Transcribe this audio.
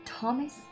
Thomas